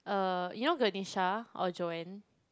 uh you know Ganesha or Joanne